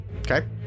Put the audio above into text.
Okay